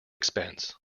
expense